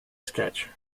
sketch